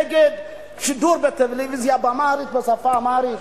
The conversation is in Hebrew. אהיה נגד שידור בטלוויזיה בשפה האמהרית?